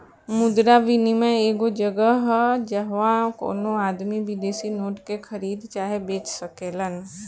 मुद्रा विनियम एगो जगह ह जाहवा कवनो आदमी विदेशी नोट के खरीद चाहे बेच सकेलेन